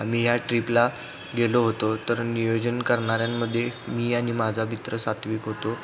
आम्ही ह्या ट्र्रीपला गेलो होतो तर नियोजन करणाऱ्यांमध्ये मी आणि माझा मित्र सात्विक होतो